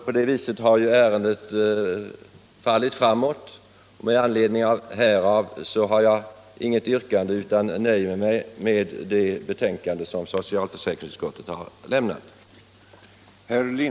På det viset har ärendet fallit framåt, och med an = Nr 32 ledning härav har jag inget yrkande utan nöjer mig med det betänkande Onsdagen den